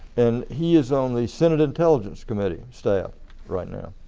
and he is on the senate intelligence committee staff right now.